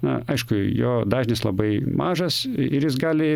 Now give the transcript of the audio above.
na aišku jo dažnis labai mažas ir jis gali